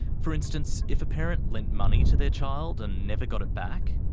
for instance, if a parent lent money to their child and never got it back,